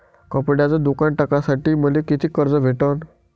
कपड्याचं दुकान टाकासाठी मले कितीक कर्ज भेटन?